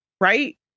Right